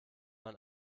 man